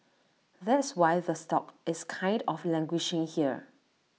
that's why the stock is kind of languishing here